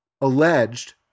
alleged